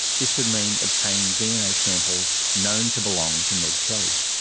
this would mean obtaining dna samples known to belong to ned kelly.